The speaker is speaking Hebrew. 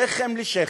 שכם אל שכם,